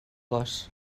gos